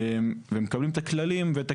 ונותנים להם את הכלים ואת